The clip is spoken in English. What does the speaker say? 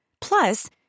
Plus